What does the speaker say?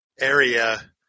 area